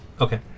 Okay